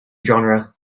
genre